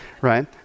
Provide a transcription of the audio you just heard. right